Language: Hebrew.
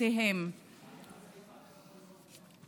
משפחותיהם